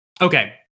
Okay